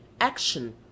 Action